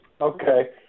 Okay